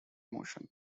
motion